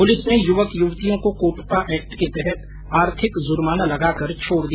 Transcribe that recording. police ने युवक युवतियों को कोटपा एक्ट को तहत आर्थिक जुर्माना लगाकर छोड़ दिया